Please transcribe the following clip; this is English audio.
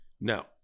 Now